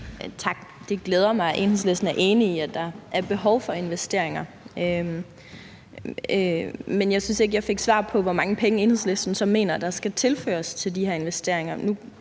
at Enhedslisten er enige i, at der er behov for investeringer, men jeg synes ikke, at jeg fik svar på, hvor mange penge Enhedslisten så mener at der skal tilføres de her investeringer.